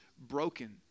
broken